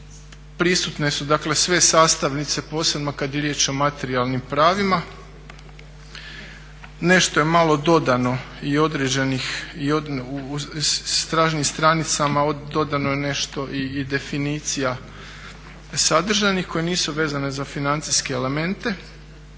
Prisutne su sve sastavnice, posebno kad je riječ o materijalnim pravima. Nešto je malo dodano i određenih, na stražnjim stranicama dodano je nešto i definicija sadržanih koje nisu vezane za financijske elemente.